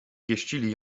pieścili